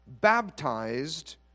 baptized